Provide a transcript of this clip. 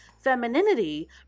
Femininity